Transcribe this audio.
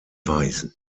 weisen